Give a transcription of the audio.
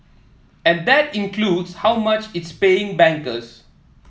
and that includes how much it's paying bankers